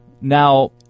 Now